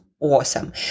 Awesome